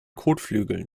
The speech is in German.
kotflügeln